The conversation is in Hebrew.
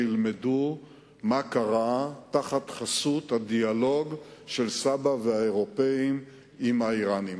שילמדו מה קרה תחת חסות הדיאלוג של סבא"א והאירופים עם האירנים.